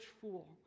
fool